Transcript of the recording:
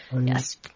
Yes